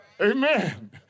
Amen